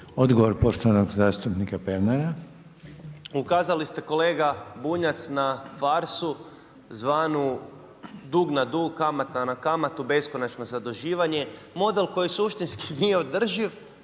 Odgovor poštovanog zastupnika Pernara. **Pernar, Ivan (Živi zid)** Ukazali ste kolega Bunjac na farsu zvanu dug na dug, kamata na kamatu, beskonačno zaduživanje, model koji suštinski nije održiv,